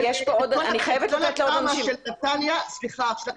אבל יש כאן עוד אנשים שרוצים לדבר.